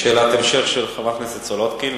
שאלת המשך של חברת הכנסת סולודקין,